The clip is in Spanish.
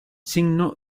signo